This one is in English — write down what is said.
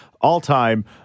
all-time